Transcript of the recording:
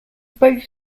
both